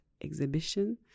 exhibition